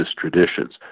traditions